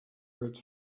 earth